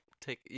take